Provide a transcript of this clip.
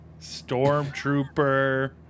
Stormtrooper